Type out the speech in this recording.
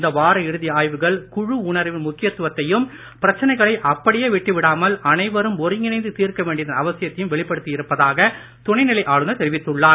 இந்த வார இறுதி ஆய்வுகள் குழு உணர்வின் முக்கியத்துவத்தையும் பிரச்சனைகளை அப்படியே விட்டுவிடாமல் அனைவரும் ஒருங்கிணைந்து தீர்க்க வேண்டியதன் அவசியத்தையும் வெளிப்படுத்தி இருப்பதாக துணைநிலை ஆளுநர் தெரிவித்துள்ளார்